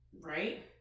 right